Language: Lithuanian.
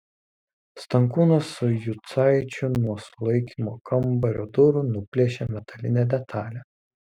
stankūnas su jucaičiu nuo sulaikymo kambario durų nuplėšė metalinę detalę